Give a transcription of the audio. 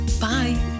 bye